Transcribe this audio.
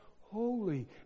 holy